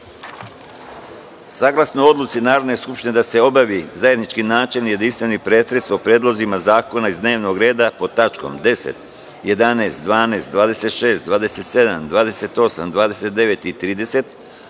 reda. Saglasno odluci Narodne skupštine da se obavi zajednički načelni jedinstveni pretres o predlozima zakona iz dnevnog reda pod tačkama 10, 11, 12, 26, 27, 28, 29. i 30,